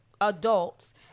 adults